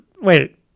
wait